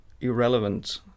irrelevant